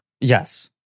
Yes